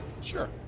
Sure